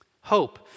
Hope